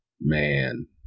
man